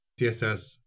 CSS